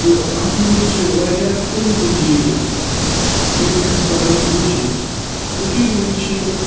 تہٕ اَتھ منٛز چھِ واریاہ تٔمہٕ تہِ چیٖز یِم اَسہِ پَزَن وُچھٕنۍ کٔشیٖرِ منٛز چھِ